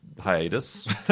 hiatus